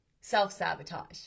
self-sabotage